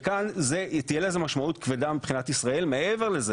וכאן תהיה לזה משמעות כבדה מבחינת ישראל מעבר לזה